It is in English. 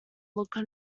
look